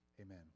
Amen